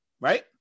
Right